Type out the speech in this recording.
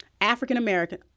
African-American